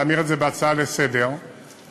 להמיר אותו להצעה לסדר-היום,